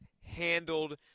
handled